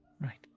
Right